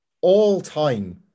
all-time